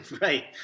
Right